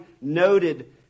noted